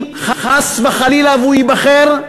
אם חס וחלילה הוא ייבחר,